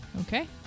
okay